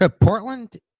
Portland